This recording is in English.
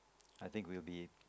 I think we will be